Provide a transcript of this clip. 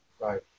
Right